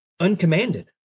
uncommanded